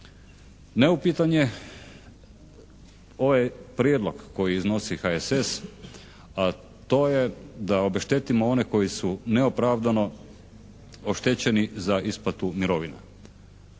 Neupitan je ovaj prijedlog koji iznosi HSS, a to je da obeštetimo one koji su neopravdano oštećeni za isplatu mirovina.